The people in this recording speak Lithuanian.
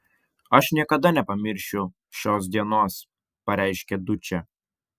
aš niekada nepamiršiu šios dienos pareiškė dučė